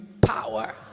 power